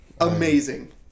amazing